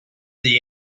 the